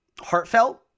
heartfelt